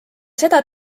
seda